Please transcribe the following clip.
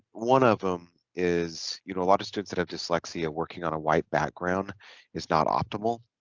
one of them is you know a lot of students that have dyslexia working on a white background is not optimal